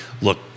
look